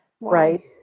right